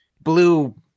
blue